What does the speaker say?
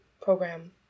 program